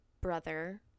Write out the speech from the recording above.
brother